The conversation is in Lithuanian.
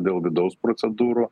dėl vidaus procedūrų